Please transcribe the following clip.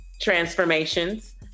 transformations